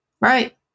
right